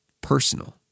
personal